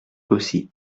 aussi